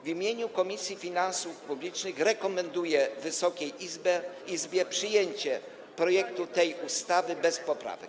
W imieniu Komisji Finansów Publicznych rekomenduję Wysokiej Izbie przyjęcie projektu tej ustawy bez poprawek.